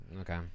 Okay